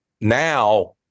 now